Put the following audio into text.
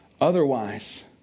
Otherwise